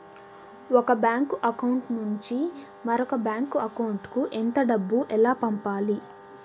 ఒక bank account నుంచి మరొక బ్యాంకు అకౌంట్ కు ఎంత డబ్బు ఎలా పంపాలి